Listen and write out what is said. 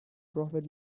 profit